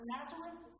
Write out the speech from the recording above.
Nazareth